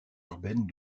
urbaine